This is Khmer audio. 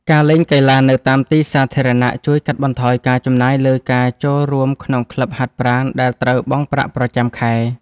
ការលេងកីឡានៅតាមទីសាធារណៈជួយកាត់បន្ថយការចំណាយលើការចូលរួមក្នុងក្លឹបហាត់ប្រាណដែលត្រូវបង់ប្រាក់ប្រចាំខែ។